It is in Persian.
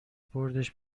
بردش